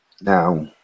Now